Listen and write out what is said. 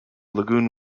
lagoon